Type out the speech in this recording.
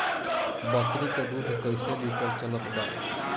बकरी के दूध कइसे लिटर चलत बा?